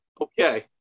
okay